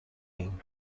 ایم